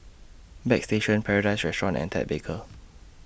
Bagstationz Paradise Restaurant and Ted Baker